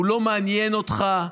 הוא לא מעניין אותך.